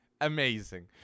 amazing